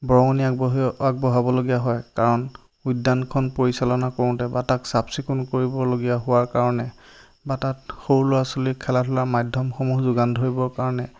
বৰঙণি আগবঢ়ি আগবঢ়াব লগীয়া হয় কাৰণ উদ্যানখন পৰিচালনা কৰোঁতে বা তাক চাফ চিকুণ কৰিবলগীয়া হোৱাৰ কাৰণে বা তাত সৰু ল'ৰা ছোৱালীৰ খেলা ধূলা মাধ্যমসমূহ যোগান ধৰিবৰ কাৰণে